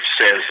says